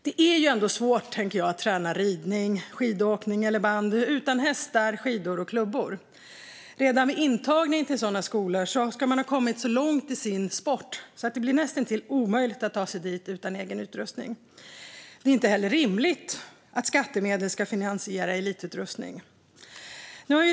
Det är ändå svårt, tänker jag, att träna ridning, skidåkning eller bandy utan hästar, skidor och klubbor. Redan vid intagning till sådana skolor ska man ha kommit så långt i sin sport att det blir näst intill omöjligt att ta sig dit utan egen utrustning. Det är inte heller rimligt att skattemedel ska finansiera elitutrustning.